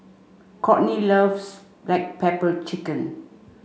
Kourtney loves black pepper chicken